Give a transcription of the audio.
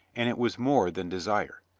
and it was more than desire.